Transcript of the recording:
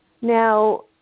Now